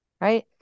right